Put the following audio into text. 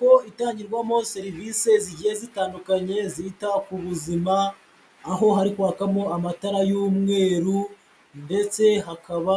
Inyubako tangirwamo serivisi zigiye zitandukanye zita ku buzima, aho hari kwakamo amatara y'umweru ndetse hakaba